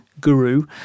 guru